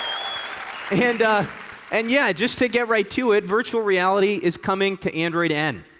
and and yeah, just to get right to it, virtual reality is coming to android n.